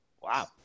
Wow